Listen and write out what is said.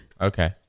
Okay